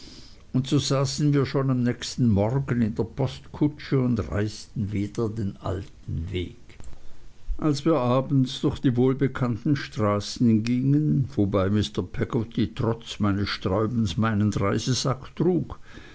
und so saßen wir schon am nächsten morgen in der postkutsche und reisten wieder den alten weg als wir abends durch die wohlbekannten straßen gingen wobei mr peggotty trotz meines sträubens meinen reisesack trug